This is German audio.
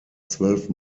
zwölf